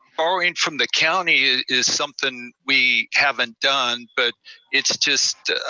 borrowing from the county is something we haven't done, but it's just